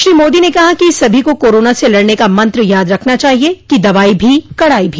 श्री मोदी ने कहा कि सभी को कोरोना से लड़ने का मंत्र याद रखना चाहिए कि दवाई भी कड़ाई भी